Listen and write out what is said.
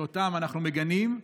שאותם אנחנו מגנים,